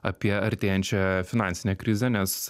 apie artėjančią finansinę krizę nes